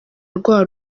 rwa